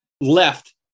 left